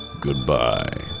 goodbye